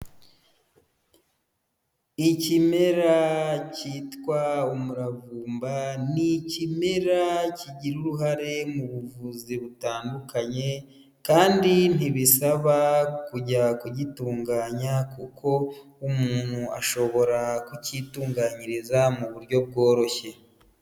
Ikimera cyitwa umuravumba ni ikimera kigira uruhare mu buvuzi butandukanye, kandi ntibisaba kujya kugitunganya kuko umuntu ashobora kucyitunganyiriza mu buryo bworoshye.